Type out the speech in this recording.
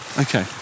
Okay